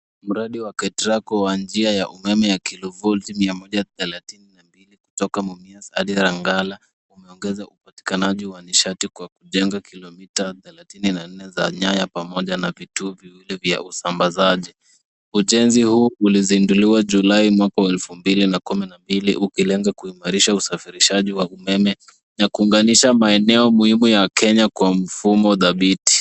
Mradi wa KETRACO wa njia ya umeme ya kilovoliti mia moja thelathini na mbili kutoka Mumias hadi Langala umeongeza upatikanaji wa nishati kwa kujenga kilomita thelathini na nne za nyaya pamoja na vituo viwili vya usambazaji. Ujenzi huu ulizinduliwa julai mwaka wa elfu mbili kumi na mbili ukilenga kuimarisha usafirishaji wa umeme na kuunganisha maeneo muhimu ya Kenya kwa mfumo dhabiti.